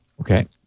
Okay